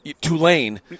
Tulane